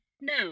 No